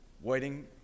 waiting